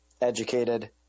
educated